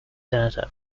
senator